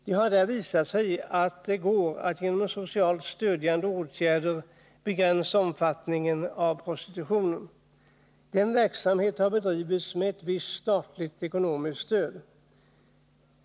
Det har där visat sig att det går att genom socialt stödjande åtgärder begränsa prostitutionens omfattning. Denna verksamhet har bedrivits med ett visst statligt ekonomiskt stöd.